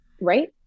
right